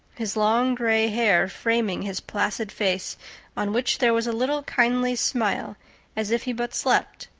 his long gray hair framing his placid face on which there was a little kindly smile as if he but slept,